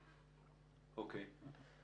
אוקיי.